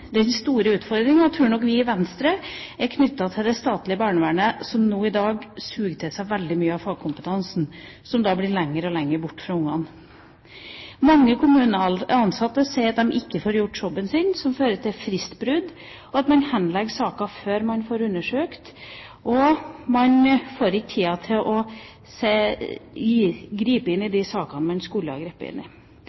den store utfordringa tror nok vi i Venstre er knyttet til det statlige barnevernet, som nå i dag suger til seg veldig mye av fagkompetansen, som da blir lenger og lenger borte fra barna. Mange kommuneansatte sier at de ikke får gjort jobben sin. Det fører til fristbrudd og til at man henlegger saker før man får undersøkt, og man får ikke tid til å gripe inn i